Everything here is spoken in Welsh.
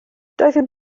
doeddwn